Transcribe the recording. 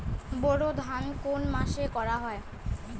বোরো ধান কোন মাসে করা হয়?